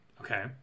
Okay